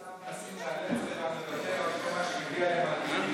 פקידי האוצר מנסים לאלץ אותם לוותר על כל מה שהגיע להם על פי דין,